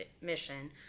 mission